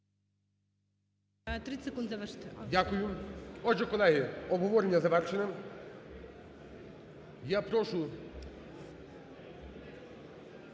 Дякую. Отже, колеги, обговорення завершене. Я прошу